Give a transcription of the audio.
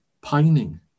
pining